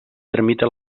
tramita